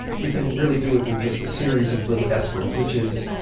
you can really do it with just a series of little s words, which is